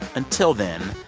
until then,